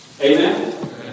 Amen